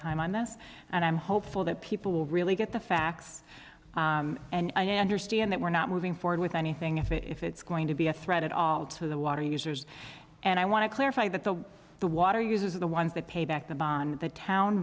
time on this and i'm hopeful that people will really get the facts and i understand that we're not moving forward with anything if it if it's going to be a threat at all to the water users and i want to clarify that the the water users are the ones that pay back the bond the town